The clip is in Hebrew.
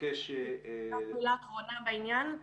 אפשר מילה אחרונה בעניין?